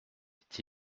dit